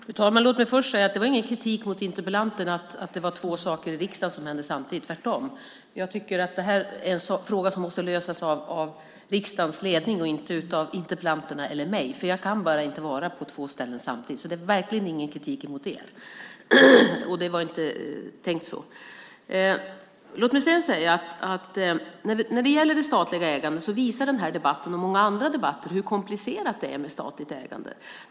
Fru talman! Att säga att det var två saker i riksdagen som hände samtidigt var inte någon kritik mot interpellanterna. Jag tycker att detta är en fråga som måste lösas av riksdagens ledning och inte av interpellanterna eller mig. Jag kan bara inte vara på två ställen samtidigt. Det var verkligen inte tänkt som någon kritik mot er. Låt mig därefter säga att den här och många andra debatter visar hur komplicerat det är med statligt ägande.